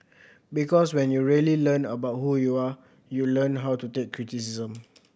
because when you really learn about who you are you learn how to take criticism